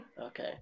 Okay